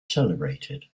celebrated